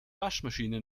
waschmaschine